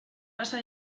casa